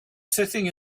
sitting